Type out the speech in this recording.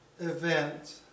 event